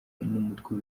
n’umutwe